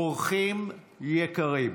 אורחים יקרים,